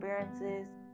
experiences